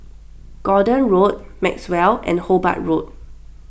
Gordon Road Maxwell and Hobart Road